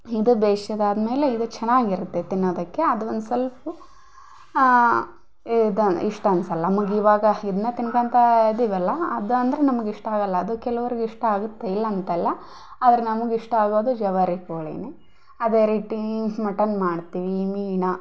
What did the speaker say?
ಇದು ಬೇಯ್ಸಿದ್ ಆದ ಮೇಲೆ ಇದು ಚೆನ್ನಾಗಿರುತ್ತೆ ತಿನ್ನೋದಕ್ಕೆ ಅದು ಒಂದು ಸ್ವಲ್ಪ ಇದು ಇಷ್ಟು ಅನ್ಸೋಲ್ಲ ನಮಗೆ ಇವಾಗ ಇದನ್ನ ತಿನ್ಕೊಂತ ಇದ್ದೀವಲ್ಲ ಅದು ಅಂದರೆ ನಮಗೆ ಇಷ್ಟ ಆಗೋಲ್ಲ ಅದು ಕೆಲೋರಿಗೆ ಇಷ್ಟ ಆಗುತ್ತೆ ಇಲ್ಲ ಅಂತಲ್ಲ ಆದರೆ ನಮಗೆ ಇಷ್ಟ ಆಗೋದು ಜವಾರಿ ಕೋಳಿನೇ ಅದೇ ರೀತಿ ಮಟನ್ ಮಾಡ್ತೀವಿ ಮೀನು